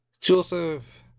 Joseph